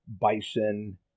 bison